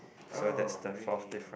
oh rain